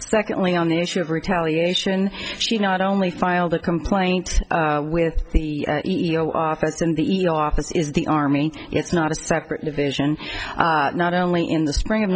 secondly on the issue of retaliation she not only filed a complaint with the e o office and the eat office is the army it's not a separate division not only in the spring of